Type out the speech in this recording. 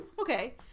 Okay